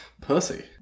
pussy